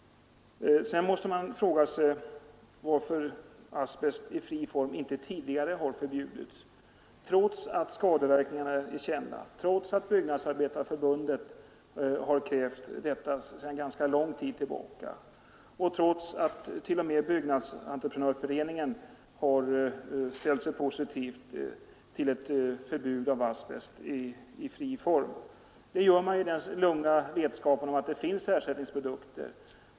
Sedan måste man fråga sig varför asbest i fri form inte tidigare har förbjudits, trots att skadeverkningarna är kända, trots att Byggnadsarbetareförbundet har krävt förbud sedan lång tid tillbaka och trots att t.o.m. Byggnadsentreprenörföreningen har ställt sig positiv till ett förbud mot asbest i fri form i den lugna vetskapen om att det finns ersättningsprodukter.